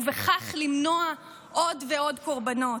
ובכך למנוע עוד ועוד קורבנות.